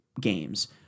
games